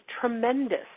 tremendous